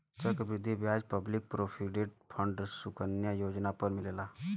चक्र वृद्धि ब्याज पब्लिक प्रोविडेंट फण्ड सुकन्या योजना पर मिलेला